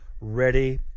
ready